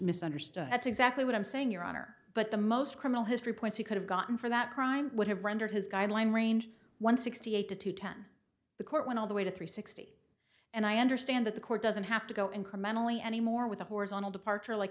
mis understood that's exactly what i'm saying your honor but the most criminal history points he could have gotten for that crime would have rendered his guideline range one sixty eight to ten the court went all the way to three sixty and i understand that the court doesn't have to go incrementally any more with a horizontal departure like